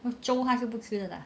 粥他是不吃的 lah